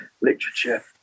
literature